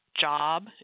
job